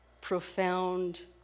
profound